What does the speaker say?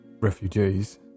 refugees